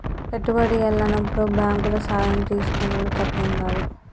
పెట్టుబడి ఎల్లనప్పుడు బాంకుల సాయం తీసుకునుడు తప్పేం గాదు